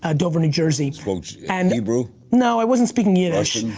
ah dover, new jersey. spoke and hebrew? no, i wasn't speaking yiddish,